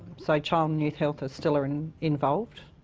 so child and youth health still are and involved.